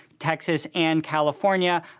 texas and california.